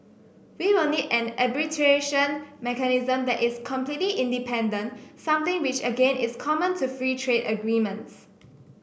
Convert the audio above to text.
we will need an arbitration mechanism that is completely independent something which again is common to free trade agreements